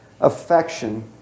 affection